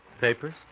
Papers